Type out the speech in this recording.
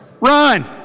Run